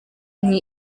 nti